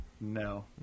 No